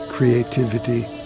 creativity